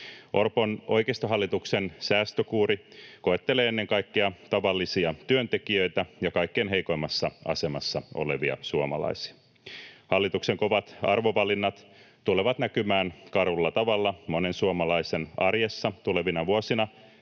Orpon oikeistohallituksen säästökuuri koettelee ennen kaikkea tavallisia työntekijöitä ja kaikkein heikoimmassa asemassa olevia suomalaisia. Hallituksen kovat arvovalinnat tulevat näkymään karulla tavalla monen suomalaisen arjessa tulevina vuosina,